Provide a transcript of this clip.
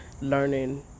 learning